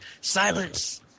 silence